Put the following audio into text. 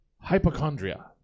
hypochondria